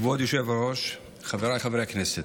כבוד היושב-ראש, חבריי חברי הכנסת,